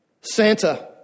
Santa